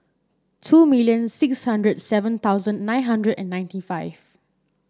two million six hundred and seven thousand nine hundred and ninety five